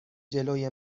جلوی